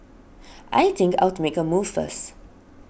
I think I'll make a move first